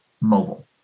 mobile